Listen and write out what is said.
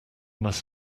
must